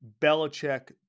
Belichick